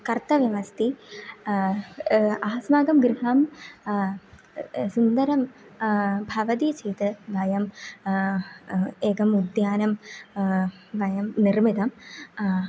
कर्तव्यमस्ति आस्माकं गृहं सुन्दरं भवति चेत् वयम् एकम् उद्यानं वयं निर्मितम्